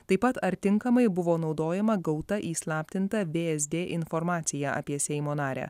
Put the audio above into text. taip pat ar tinkamai buvo naudojama gauta įslaptinta vsd informacija apie seimo narę